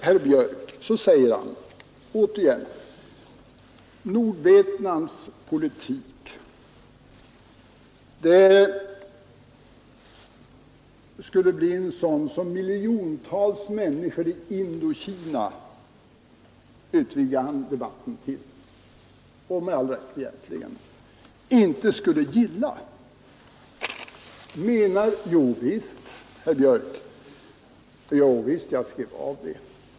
Herr Björck i Nässjö säger återigen att Nordvietnams politik skulle vara en sådan som miljontals människor i Indokina — utvidgar han debatten till, och med all rätt egentligen — inte skulle gilla. — Jo visst, herr Björck, jag skrev upp det.